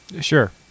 Sure